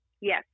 Yes